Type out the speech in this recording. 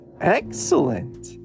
excellent